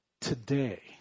today